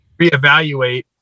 reevaluate